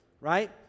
right